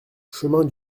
chemin